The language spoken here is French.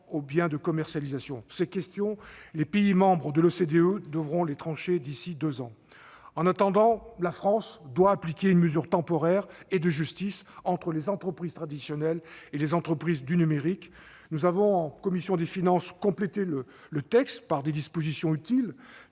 aux biens de commercialisation ? Les pays membres de l'OCDE devront trancher d'ici deux ans. En attendant, la France doit appliquer une mesure temporaire de justice entre les entreprises traditionnelles et celles du numérique. En commission des finances, nous avons complété le texte par des dispositions utiles,